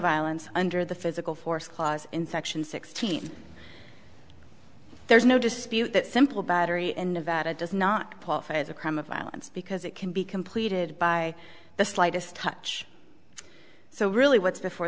violence under the physical force clause in section sixteen there's no dispute that simple battery in nevada does not qualify as a crime of violence because it can be completed by the slightest touch so really what's before